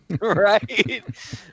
right